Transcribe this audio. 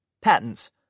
Patents